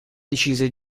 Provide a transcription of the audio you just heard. decise